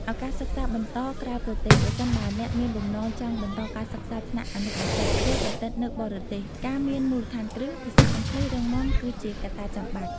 ឱកាសសិក្សាបន្តក្រៅប្រទេស ប្រសិនបើអ្នកមានបំណងចង់បន្តការសិក្សាថ្នាក់អនុបណ្ឌិត ឬបណ្ឌិតនៅបរទេស ការមានមូលដ្ឋានគ្រឹះភាសាអង់គ្លេសរឹងមាំគឺជាកត្តាចាំបាច់។